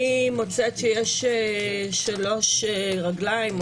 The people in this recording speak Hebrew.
אני מוצאת שיש שלוש רגלים,